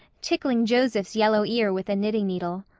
tickling joseph's yellow ear with a knitting needle.